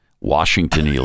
Washington